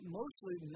mostly